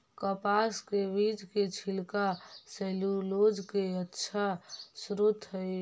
कपास के बीज के छिलका सैलूलोज के अच्छा स्रोत हइ